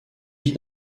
vit